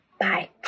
Bye